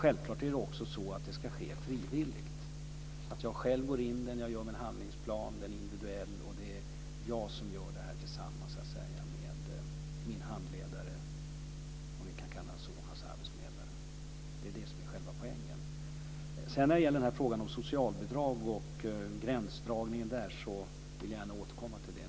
Självklart ska det också ske frivilligt. Man ska själv gå in i detta och göra en individuell handlingsplan tillsammans med sin handledare, alltså arbetsförmedlaren. Det är det som är själva poängen. Frågan om socialbidrag och gränsdragningen där vill jag återkomma till.